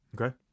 Okay